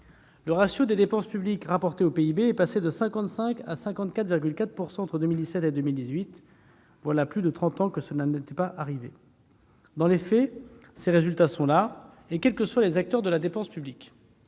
Le ratio de dépenses publiques rapportées au PIB est ainsi passé de 55 % à 54,4 % entre 2017 et 2018. Voilà plus de trente ans que cela n'était pas arrivé ! Dans les faits, les résultats sont là, et ce quels que soient les acteurs de la dépense publique.